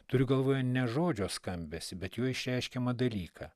turiu galvoj ne žodžio skambesį bet jų išreiškiamą dalyką